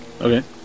Okay